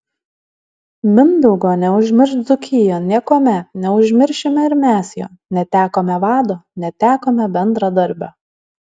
mindaugo neužmirš dzūkija niekuomet neužmiršime ir mes jo netekome vado netekome bendradarbio